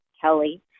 Kelly